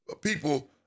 people